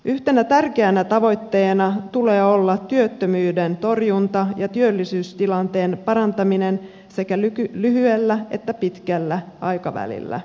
yhtenä tärkeänä tavoitteena tulee olla työttömyyden torjunta ja työllisyystilanteen parantaminen sekä lyhyellä että pitkällä aikavälillä